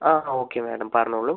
ആ okay madam പറഞ്ഞോളൂ